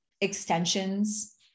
extensions